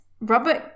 Robert